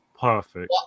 perfect